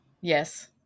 Yes